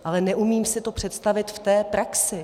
Ale neumím si to představit v praxi.